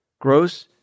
gross